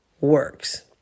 works